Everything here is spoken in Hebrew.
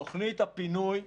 תוכנית הפינוי,